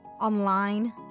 online